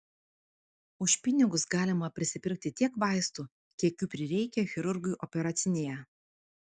už pinigus galima prisipirkti tiek vaistų kiek jų prireikia chirurgui operacinėje